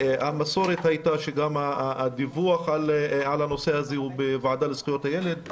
המסורת הייתה שגם הדיווח על הנושא הזה יהיה בוועדה לזכויות הילד,